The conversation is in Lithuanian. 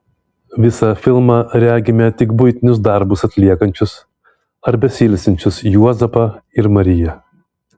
visą filmą regime tik buitinius darbus atliekančius ar besiilsinčius juozapą ir mariją